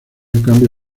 cambia